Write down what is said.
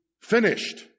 finished